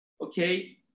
okay